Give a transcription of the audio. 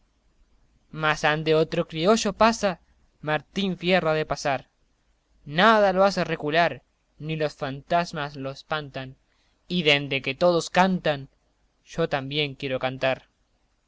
mas ande otro criollo pasa martín fierro ha de pasar nada lo hace recular ni los fantasmas lo espantan y dende que todos cantan yo también quiero cantar